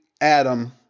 Adam